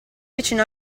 vicino